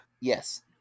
Yes